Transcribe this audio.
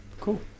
Cool